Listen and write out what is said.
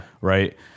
right